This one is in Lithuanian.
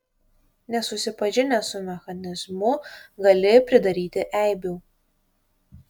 nesusipažinęs su mechanizmu gali pridaryti eibių